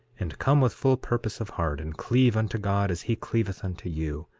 and come with full purpose of heart, and cleave unto god as he cleaveth unto you.